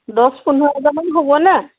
দছ পোন্ধৰ হাজাৰমান হ'বনে